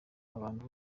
abantu